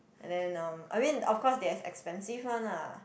and then um I mean of course there has expensive one lah